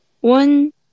One